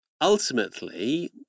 ultimately